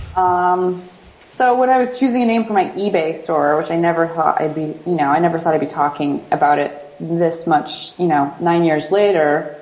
um so when i was choosing a name for my ebay store, which i never thought i'd be you know, i never thought i'd be talking about it this much, you know, nine years later.